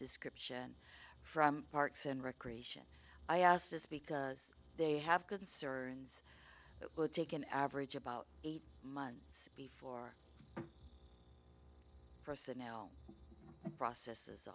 description from parks and recreation i ask this because they have concerns it would take an average about eight months before personnel processes as